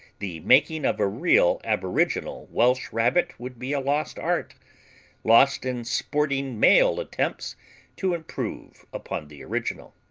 the making of a real aboriginal welsh rabbit would be a lost art lost in sporting male attempts to improve upon the original.